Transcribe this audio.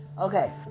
Okay